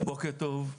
בוקר טוב.